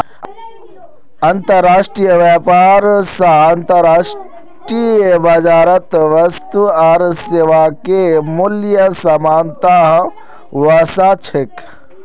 अंतर्राष्ट्रीय व्यापार स अंतर्राष्ट्रीय बाजारत वस्तु आर सेवाके मूल्यत समानता व स छेक